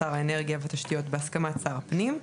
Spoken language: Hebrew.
שר האנרגיה והתשתיות בהסכמת שר הפנים,